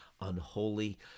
unholy